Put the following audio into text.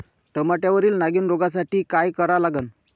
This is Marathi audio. टमाट्यावरील नागीण रोगसाठी काय करा लागन?